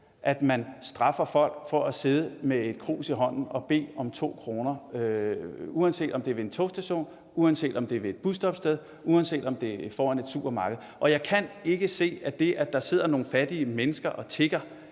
at man straffer folk for at sidde med et krus i hånden og bede om 2 kr., uanset om det er ved en togstation, om det er ved et busstoppested, eller om det er foran et supermarked. Og jeg kan ikke se, at det, at der sidder nogle fattige mennesker og tigger,